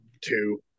Two